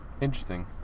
Interesting